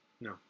No